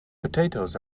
potatoes